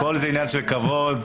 הכול עניין של כבוד,